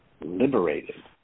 liberated